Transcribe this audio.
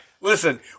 Listen